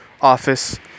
office